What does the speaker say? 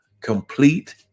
complete